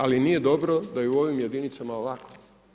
Ali nije dobro da je u ovim jedinicama ovako.